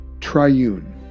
triune